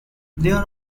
there